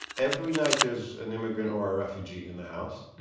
every night there's an immigrant or a refugee in the house.